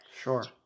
Sure